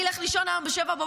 אני אלך לישון היום ב-07:00.